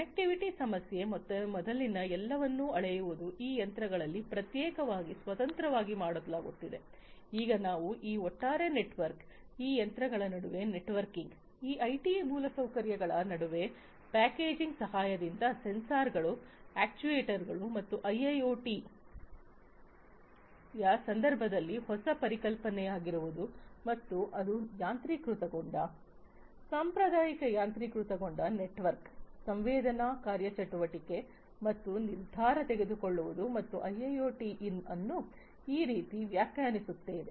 connectivity ಸಮಸ್ಯೆ ಮತ್ತು ಮೊದಲಿನ ಎಲ್ಲವನ್ನೂ ಅಳೆಯುವುದು ಈ ಯಂತ್ರಗಳಲ್ಲಿ ಪ್ರತ್ಯೇಕವಾಗಿ ಸ್ವತಂತ್ರವಾಗಿ ಮಾಡಲಾಗುತ್ತಿದೆ ಈಗ ನಾವು ಈ ಒಟ್ಟಾರೆ ನೆಟ್ವರ್ಕ್ ಈ ಯಂತ್ರಗಳ ನಡುವೆ ನೆಟ್ವರ್ಕಿಂಗ್ ಈ ಐಟಿ ಮೂಲಸೌಕರ್ಯಗಳ ನಡುವೆ ಪ್ಯಾಕೇಜಿಂಗ್ ಸಹಾಯದಿಂದ ಸೆನ್ಸಾರ್ಗಳು ಅಕ್ಚುಯೆಟರ್ಸ್ಗಳು ಮತ್ತು ಐಐಓಟಿಯ ಸಂದರ್ಭದಲ್ಲಿ ಹೊಸ ಪರಿಕಲ್ಪನೆಯಾಗಿರುವುದು ಮತ್ತು ಅದು ಯಾಂತ್ರೀಕೃತಗೊಂಡ ಸಾಂಪ್ರದಾಯಿಕ ಯಾಂತ್ರೀಕೃತಗೊಂಡ ನೆಟ್ವರ್ಕ್ ಸಂವೇದನಾ ಕಾರ್ಯಚಟುವಟಿಕೆ ಮತ್ತು ನಿರ್ಧಾರ ತೆಗೆದುಕೊಳ್ಳುವುದು ಮತ್ತು ಐಐಓಟಿ ಅನ್ನು ಈ ರೀತಿ ವ್ಯಾಖ್ಯಾನಿಸುತ್ತೇನೆ